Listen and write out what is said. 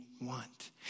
want